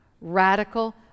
Radical